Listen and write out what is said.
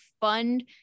fund